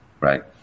right